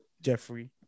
Jeffrey